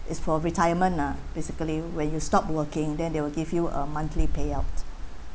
it's for retirement lah basically when you stop working then they will give you a monthly payout